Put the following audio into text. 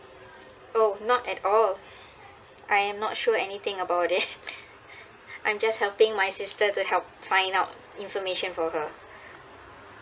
oh not at all I am not sure anything about it I'm just helping my sister to help find out information for her